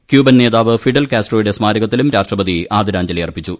Cuban നേതാവ് Fidel കാസ്ട്രോയുടെ സ്മാരകത്തിലും രാഷ്ട്രപതി ആദരാഞ്ജലി അർപ്പിച്ചു